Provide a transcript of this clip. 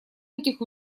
этих